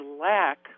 lack